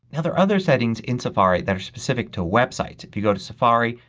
and other other settings in safari that are specific to websites. if you go to safari,